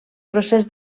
procés